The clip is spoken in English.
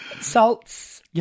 salts